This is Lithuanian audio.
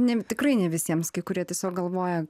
ne tikrai ne visiems kai kurie tiesiog galvoja